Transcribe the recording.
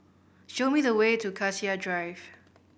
show me the way to Cassia Drive